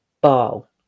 ball